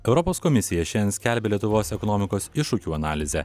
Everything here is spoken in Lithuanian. europos komisija šiandien skelbia lietuvos ekonomikos iššūkių analizę